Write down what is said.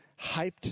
hyped